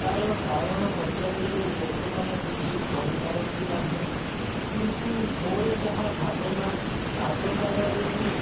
ତା'ର କାରଣ ପଚାରିଲେ ଲୋକମାନେ କିଛି କହିପାରନ୍ତି ନାହିଁ କିନ୍ତୁ ମୋର ଯାହା ଭାବନା ଆଗକାଳରେ